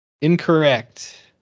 Incorrect